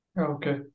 Okay